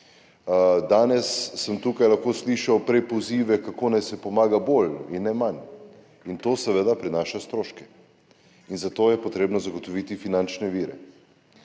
Danes sem prej tukaj lahko slišal pozive, kako naj se pomaga bolj in ne manj, in to seveda prinaša stroške in za to je potrebno zagotoviti finančne vire.